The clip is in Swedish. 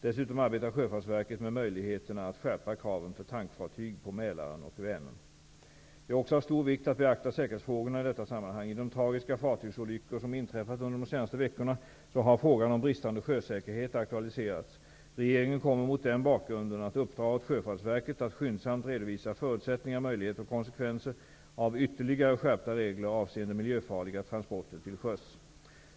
Dessutom arbetar Sjöfartsverket med möjligheterna att skärpa kraven för tankfartyg på Det är också av stor vikt att beakta säkerhetsfrågorna i detta sammanhang. I de tragiska fartygsolyckor som inträffat under de senaste veckorna har frågan om bristande sjösäkerhet aktualiserats. Regeringen kommer mot den bakgrunden att uppdra åt Sjöfartsverket att skyndsamt redovisa förutsättningar, möjligheter och konsekvenser av ytterligare skärpta regler avseende miljöfarliga transporter till sjöss.